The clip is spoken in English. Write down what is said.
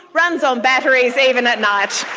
runs on batteries, even at night.